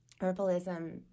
herbalism